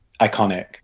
Iconic